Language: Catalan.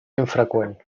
infreqüent